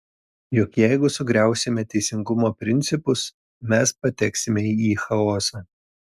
juk jeigu sugriausime teisingumo principus mes pateksime į chaosą